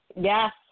Yes